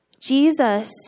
Jesus